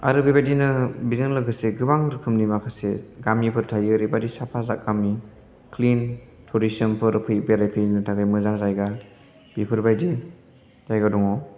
आरो बेबायदिनो बिजों लोगोसे गोबां रोखोमनि माखासे गामिफोर थायो ओरैबादि साफा गामि क्लिन टुरिसियामफोर बेरायफैनो थाखाय मोजां जायगा बेफोरबायदि जायगा दङ